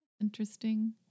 interesting